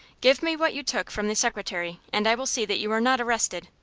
give me what you took from the secretary, and i will see that you are not arrested.